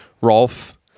Rolf